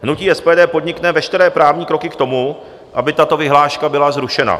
Hnutí SPD podnikne veškeré právní kroky k tomu, aby tato vyhláška byla zrušena.